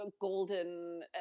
golden